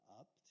up